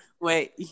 Wait